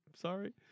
sorry